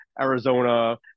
Arizona